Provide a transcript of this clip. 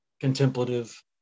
contemplative